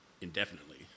indefinitely